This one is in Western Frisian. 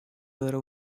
wurde